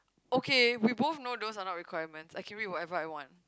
okay we both know those are not requirements I can read whatever I want